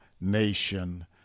nation